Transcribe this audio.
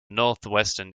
northwestern